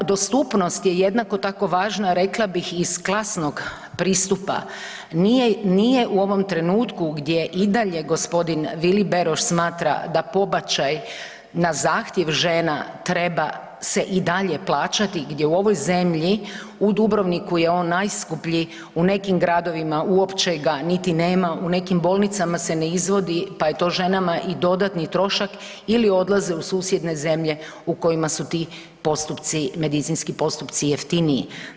Da dostupnost je jednako tako važna, rekla bih ih klasnog pristupa, nije u osom trenutku gdje i dalje, g. Vili Beroš smatra da pobačaj na zahtjev žena treba se i dalje plaćati, gdje u ovoj zemlji, u Dubrovniku je on najskuplji, u nekim gradovima uopće ga niti nema, u nekim bolnicama se ne izvodi, pa je to ženama i dodatni trošak ili odlaze u susjedne zemlje u kojima su ti postupci, medicinski postupci jeftiniji.